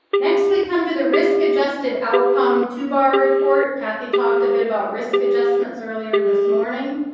next we come to the risk-adjusted outcome two-bar report. kathy talked a bit about risk adjustments earlier this morning.